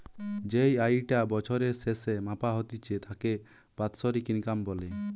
যেই আয়ি টা বছরের স্যাসে মাপা হতিছে তাকে বাৎসরিক ইনকাম বলে